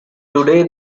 today